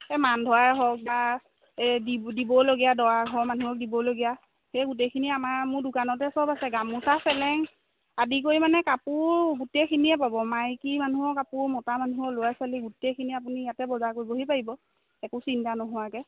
এই মান ধৰাই হওক বা এই দিবলগীয়া দৰা ঘৰৰ মানুহক দিবলগীয়া সেই গোটেইখিনি আমাৰ মোৰ দোকানতে চব আছে গামোচা চেলেং আদি কৰি মানে কাপোৰ গোটেইখিনিয়ে পাব মাইকী মানুহৰ কাপোৰ মতা মানুহৰ ল'ৰা ছোৱালী গোটেইখিনি আপুনি ইয়াতে বজাৰ কৰিবহি পাৰিব একো চিন্তা নোহোৱাকে